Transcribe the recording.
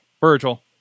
virgil